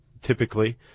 typically